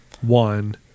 one